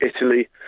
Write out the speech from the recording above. Italy